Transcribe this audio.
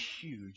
huge